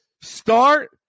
start